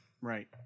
right